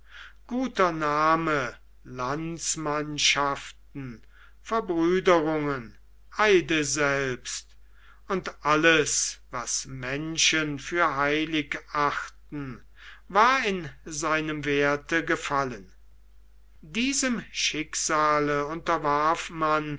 guter name landsmannschaften verbrüderungen eide selbst und alles was menschen für heilig achten war in seinem werthe gefallen diesem schicksale unterwarf man